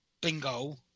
bingo –